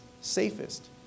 safest